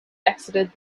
exited